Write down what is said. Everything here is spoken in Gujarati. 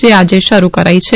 જે આજે શરૂ કરાઈ છે